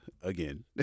again